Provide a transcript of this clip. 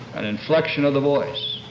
an inflection of the voice,